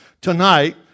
tonight